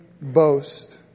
boast